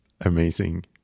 amazing